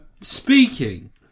Speaking